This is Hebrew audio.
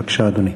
בבקשה, אדוני.